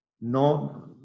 No